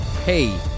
Hey